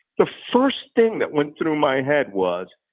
the first thing that went through my head was,